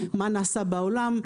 מה נעשה בעולם.